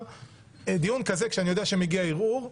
דיון כזה כשאני יודע שמגיע ערעור,